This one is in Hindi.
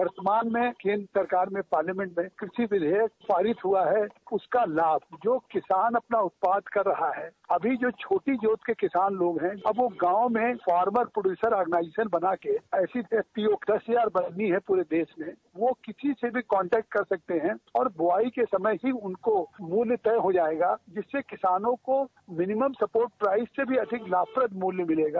वर्तमान में केन्द्र सरकार ने पार्लियामेंट में कृषि विधेयक पारित हुआ है उसका लाभ जो किसान अपना उत्पाद कर रहा है अभी जो छोटी जोत के किसान लोग हैं अब वह गांव में फार्मर प्रोड्यूसर आर्गनाइजेशन बनाक ऐसी एफपीओ दस हजार बननी है पूरे देश में वह किसी से भी कांटैक्ट कर सकते हैं और बोवाई के समय ही उनका मूल्य तय हो जायेगा जिससे किसानों को मिनिमम सपोर्ट प्राइस से अधिक लाभप्रद मूल्य मिलेगा